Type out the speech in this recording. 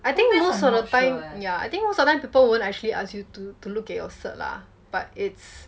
I think most of the time yeah I think most of the time people won't actually ask you to to look at your cert lah but it's